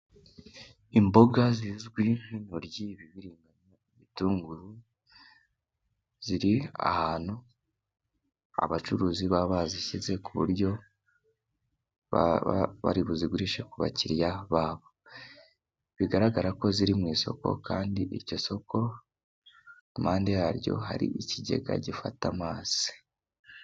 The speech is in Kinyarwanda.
Imboga zizwi nk'intoryi, ibibiringanya, ibitunguru ziri ahantu abacuruzi baba bazishyize, ku buryo baba bari buzigurisha ku bakiriya babo, bigaragara ko ziri mu isoko, kandi iryo soko impande yaryo hari ikigega gifata amazi.